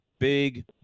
big